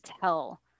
tell